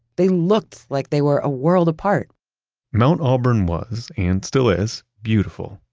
they looked like they were a world apart mount auburn was, and still is, beautiful,